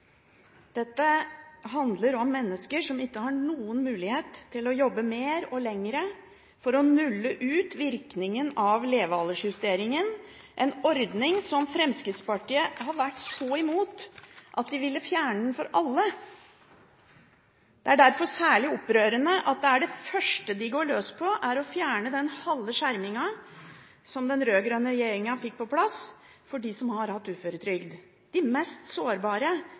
Dette handler om mennesker som ikke har noen mulighet til å jobbe mer og lenger for å nulle ut virkningen av levealdersjusteringen, en ordning som Fremskrittspartiet har vært så imot at de ville fjerne den for alle. Det er derfor særlig opprørende at det første de går løs på, er å fjerne den halve skjermingen som den rød-grønne regjeringen fikk på plass for dem som har hatt uføretrygd – de mest sårbare,